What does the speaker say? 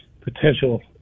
potential